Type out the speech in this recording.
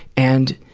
and